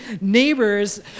neighbors